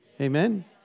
Amen